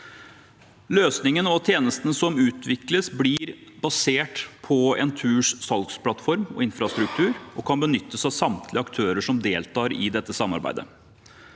Løsningen og tjenestene som utvikles, blir basert på Enturs salgsplattform og infrastruktur og kan benyttes av samtlige aktører som deltar i dette samarbeidet.